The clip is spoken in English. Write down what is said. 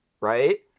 right